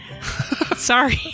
Sorry